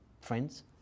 friends